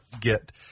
get